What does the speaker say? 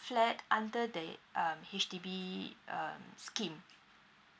flat under the um H_D_B um scheme